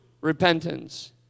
repentance